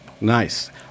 Nice